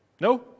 No